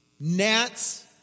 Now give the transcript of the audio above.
Gnats